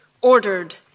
ordered